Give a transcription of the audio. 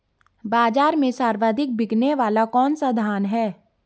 बाज़ार में सर्वाधिक बिकने वाला कौनसा धान है?